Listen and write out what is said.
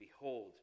Behold